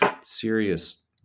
serious